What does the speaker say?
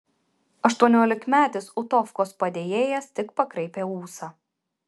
aštuoniolikmetis utovkos padėjėjas tik pakraipė ūsą